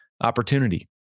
opportunity